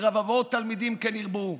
ורבבות תלמידים, כן ירבו,